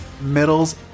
middles